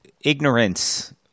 ignorance